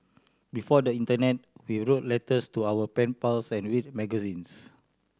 before the internet we wrote letters to our pen pals and read magazines